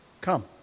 come